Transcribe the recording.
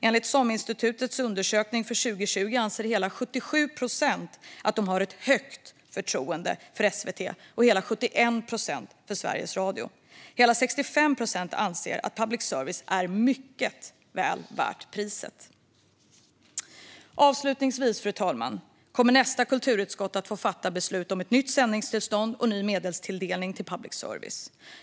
Enligt SOM-institutets undersökning för 2020 anser hela 77 procent att de har ett högt förtroende för SVT och 71 procent att de har det för Sveriges Radio. Hela 65 procent anser att public service i hög grad är väl värt priset. Avslutningsvis, fru talman, kommer nästa kulturutskott att få fatta beslut om ett nytt sändningstillstånd och ny medelstilldelning till public service.